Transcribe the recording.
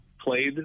played